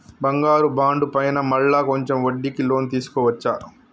బంగారు బాండు పైన మళ్ళా కొంచెం వడ్డీకి లోన్ తీసుకోవచ్చా?